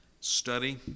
study